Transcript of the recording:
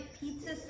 pizza